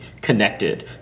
connected